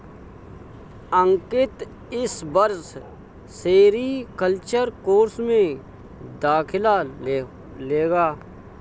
अंकित इस वर्ष sericulture course में दाखिला लेगा